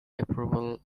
approval